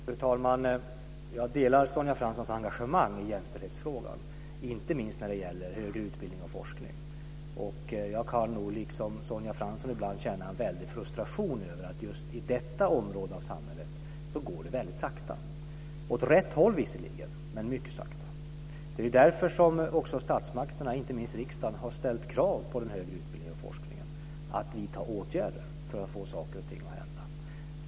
Fru talman! Jag delar Sonja Franssons engagemang i jämställdhetsfrågan, inte minst när det gäller högre utbildning och forskning. Och jag kan nog liksom Sonja Fransson ibland känna en väldig frustration över att det går väldigt sakta just på detta område i samhället. Det går visserligen åt rätt håll men mycket sakta. Det är därför som också statsmakterna, inte minst riksdagen, har ställt krav på den högre utbildningen och forskningen att vidta åtgärder för att få saker och ting att hända.